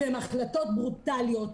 והן החלטות ברוטליות.